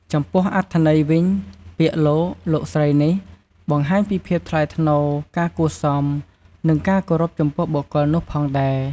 ចំពោះអត្ថន័យវិញ ពាក្យលោក លោកស្រីនេះ បង្ហាញពីភាពថ្លៃថ្នូរ ការគួរសម និងការគោរពចំពោះបុគ្គលនោះផងដែរ។